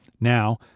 Now